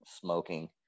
smoking